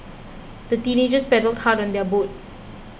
the teenagers paddled hard on their boat